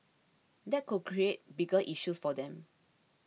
that could create bigger issues for them